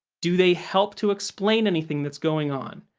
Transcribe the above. do they help to explain anything that's going on?